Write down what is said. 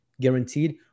guaranteed